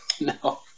no